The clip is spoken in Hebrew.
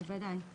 בוודאי.